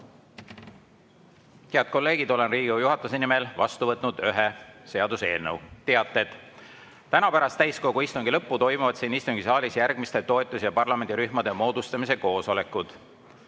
Head kolleegid! Olen Riigikogu juhatuse nimel vastu võtnud ühe seaduseelnõu. Teated. Täna pärast täiskogu istungi lõppu toimuvad siin istungisaalis järgmiste toetus- ja parlamendirühmade moodustamise koosolekud: